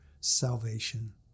salvation